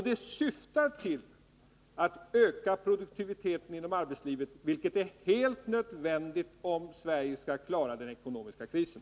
Den syftar till att öka produktiviteten inom arbetslivet, vilket är helt nödvändigt om Sverige skall kunna klara den ekonomiska krisen.